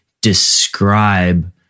describe